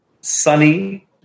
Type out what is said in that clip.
sunny